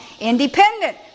Independent